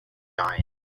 dying